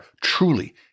truly